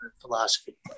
philosophy